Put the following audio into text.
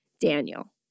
Daniel